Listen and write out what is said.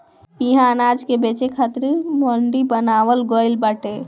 इहा अनाज के बेचे खरीदे खातिर मंडी बनावल गइल बाटे